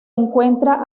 encuentra